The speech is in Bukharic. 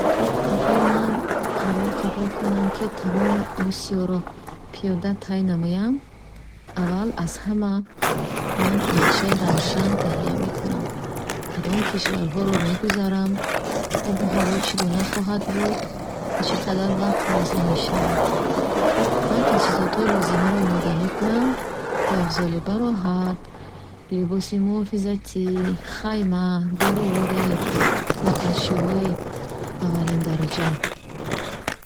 Агар ман қарор қабул кунам, ки тамоми Осиёро пиёда тай намоям, аввал аз ҳама ман нақшаи равшан таҳия мекунам: кадом кишварҳоро мегузарам, обу ҳаво чӣ гуна хоҳад буд ва чӣ қадар вақт лозим мешавад. Ман таҷҳизоти лозимиро омода мекунам. Пойафзоли бароҳат, либоси муҳофизатӣ, хайма, доруворӣ ва ашёҳои аввалиндараҷа.